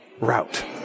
route